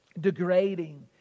degrading